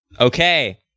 Okay